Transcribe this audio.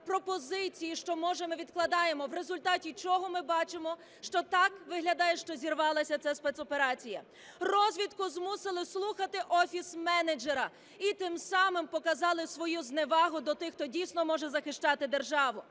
пропозиції, що, може, ми відкладаємо. В результаті чого ми бачимо, що так виглядає, що зірвалася ця спецоперація. Розвідку змусили слухати офіс-менеджера, і тим самим показали свою зневагу до тих, хто дійсно може захищати державу.